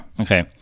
Okay